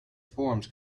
forums